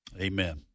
Amen